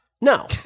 No